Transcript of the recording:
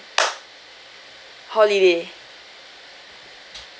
holiday